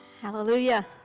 Hallelujah